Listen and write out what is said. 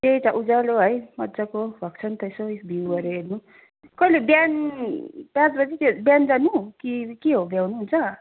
त्यही त उज्यालो है मजाको भएको छ नि त यसो भ्युहरू हेर्नु कहिले बिहान सात बजीतिर बिहान जानु कि के हो भ्याउनुहुन्छ